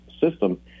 system